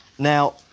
Now